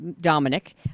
Dominic